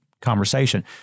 conversation